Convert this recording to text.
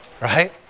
Right